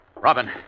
Robin